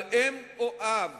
על אם או אב